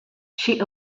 she